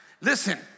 Listen